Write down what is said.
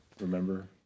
Remember